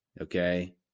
Okay